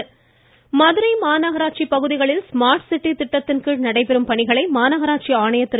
மமமமம மதுரை இருவரி மதுரை மாநகராட்சி பகுதிகளில் ஸ்மார்ட் சிட்டி திட்டத்தின் கீழ் நடைபெறும் பணிகளை மாநகராட்சி ஆணையர் திரு